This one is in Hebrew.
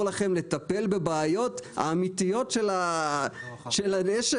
לכם לטפל בבעיות האמיתיות של הנשק,